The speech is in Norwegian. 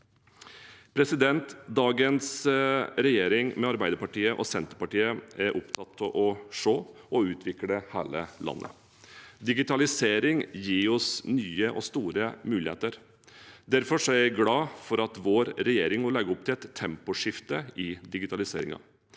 Dagens regjering med Arbeiderpartiet og Senterpartiet er opptatt av å se og utvikle hele landet. Digitalisering gir oss nye og store muligheter. Derfor er jeg glad for at vår regjering også legger opp til et temposkifte i digitaliseringen.